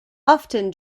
often